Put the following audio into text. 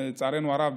לצערנו הרב,